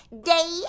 day